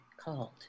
called